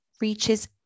reaches